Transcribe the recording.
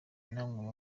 namwe